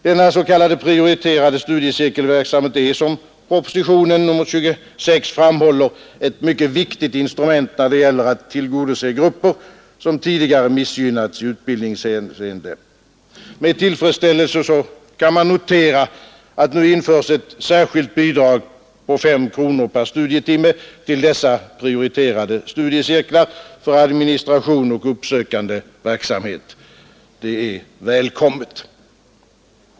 Denna s.k. prioriterade studiecirkelverksamhet är, som i propositionen 26 framhålles, ett mycket viktigt instrument när det gäller att tillgodose grupper som tidigare missgynnats i utbildningshänseende. Med tillfredsställelse kan man notera att nu införs ett särskilt bidrag på 5 kronor per studietimma till dessa prioriterade studiecirklar för administration och uppsökande verksamhet. Det är välkommet.